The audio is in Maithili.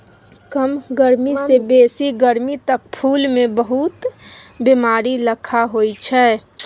कम गरमी सँ बेसी गरमी तक फुल मे बहुत बेमारी लखा होइ छै